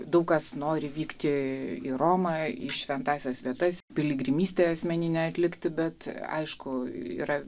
daug kas nori vykti į romą į šventąsias vietas piligrimystę asmeninę atlikti bet aišku yra